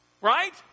Right